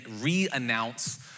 re-announce